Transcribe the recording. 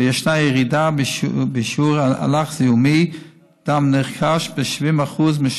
וישנה ירידה של 70% בשיעור אלח זיהומי דם נרכש משנת